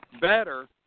better